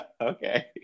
Okay